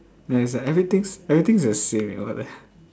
there is a everything everything is the same eh what the